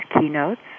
keynotes